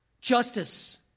Justice